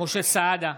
משה סעדה,